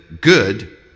good